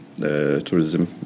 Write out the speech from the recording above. tourism